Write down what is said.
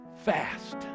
Fast